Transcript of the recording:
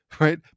right